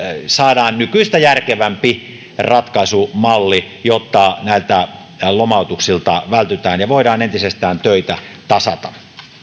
saadaan nykyistä järkevämpi ratkaisumalli jotta näiltä lomautuksilta vältytään ja voidaan entisestään töitä tasata